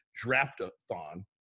draft-a-thon